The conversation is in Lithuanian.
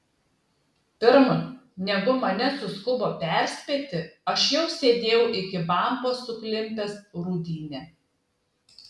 pirm negu mane suskubo perspėti aš jau sėdėjau iki bambos suklimpęs rūdyne